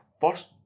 First